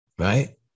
Right